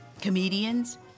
comedians